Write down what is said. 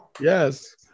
Yes